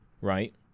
Right